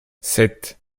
sept